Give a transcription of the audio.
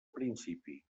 principi